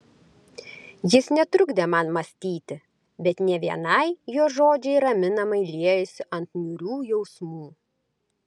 jis netrukdė man mąstyti bet ne vienai jo žodžiai raminamai liejosi ant niūrių jausmų